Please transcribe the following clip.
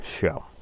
show